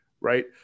right